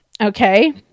okay